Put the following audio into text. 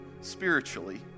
spiritually